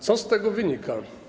Co z tego wynika?